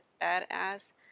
badass